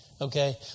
Okay